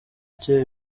cye